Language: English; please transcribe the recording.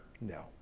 No